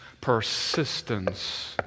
persistence